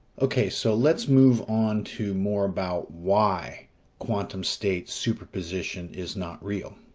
okay, so let's move on to more about why quantum state superposition is not real.